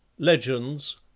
Legends